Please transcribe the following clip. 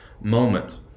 moment